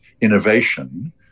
innovation